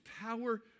power